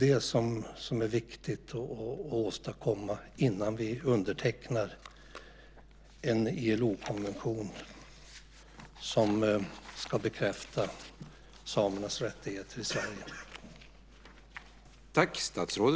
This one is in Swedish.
Det är viktigt att åstadkomma detta innan vi undertecknar en ILO-konvention som ska bekräfta samernas rättigheter i Sverige.